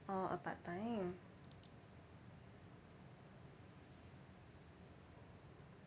orh a part time